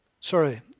Sorry